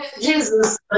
Jesus